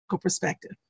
perspective